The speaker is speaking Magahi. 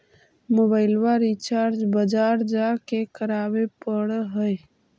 मोबाइलवा रिचार्ज बजार जा के करावे पर है?